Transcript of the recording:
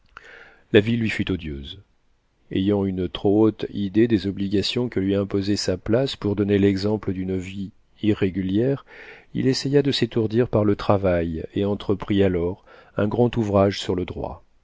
la vie lui fut odieuse ayant une trop haute idée des obligations que lui imposait sa place pour donner l'exemple d'une vie irrégulière il essaya de s'étourdir par le travail et entreprit alors un grand ouvrage sur le droit